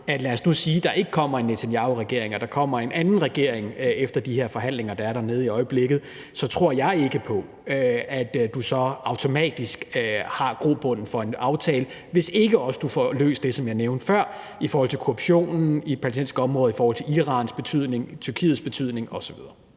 Lad os nu sige, at der ikke kommer en Netanyahuregering, og at der kommer en anden regering efter de her forhandlinger, der er dernede i øjeblikket, så tror jeg ikke på, at du så automatisk har grobund for en aftale, hvis ikke også du får løst det, som jeg nævnte før om korruptionen i de palæstinensiske områder, om Irans betydning, om Tyrkiets betydning osv.